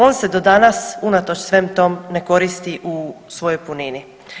On se do danas unatoč svem tom ne koristi u svojoj punini.